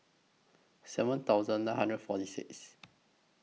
seven thousand nine hundred forty six